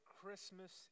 Christmas